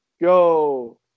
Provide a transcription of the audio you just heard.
go